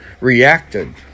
reacted